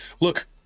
look